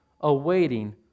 awaiting